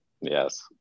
yes